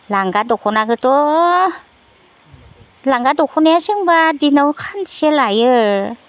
लांगा दख'नाखोथ' लांगा दख'नाया सोंब्ला दिनाव खानसे लायो